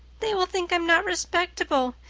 they will think i am not respectable.